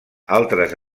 altres